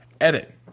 edit